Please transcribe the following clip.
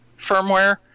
firmware